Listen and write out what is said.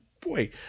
Boy